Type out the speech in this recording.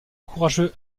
courageux